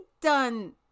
done